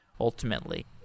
ultimately